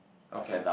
okay